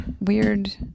weird